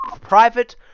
private